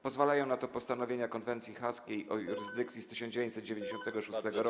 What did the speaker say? Pozwalają na to postanowienia konwencji haskiej o jurysdykcji z 1996 r.